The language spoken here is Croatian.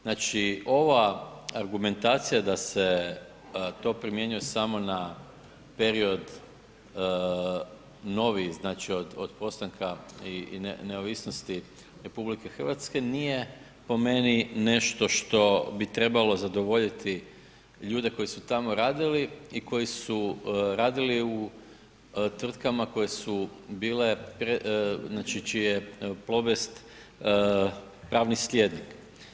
Znači ova argumentacija da se to primjenjuje samo na period novi znači od postanka i neovisnosti RH nije po meni nešto što bi trebalo zadovoljiti ljude koji su tamo radili i koji su radili u tvrtkama koje su bile, znači čiji je Plobest pravni slijednik.